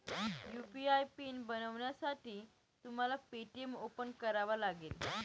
UPI PIN बनवण्यासाठी तुम्हाला Paytm open करावा लागेल